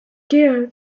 care